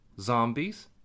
Zombies